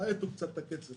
תאטו קצת את הקצב,